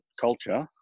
culture